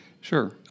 sure